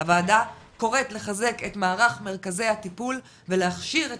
הועדה קוראת לחזק את מערך מרכזי הטיפול ולהכשיר את